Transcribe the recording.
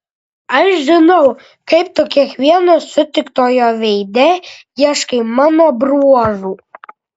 aš žinau kaip tu kiekvieno sutiktojo veide ieškai mano bruožų